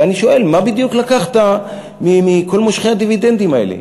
ואני שואל: מה בדיוק לקחת מכל מושכי הדיבידנדים האלה?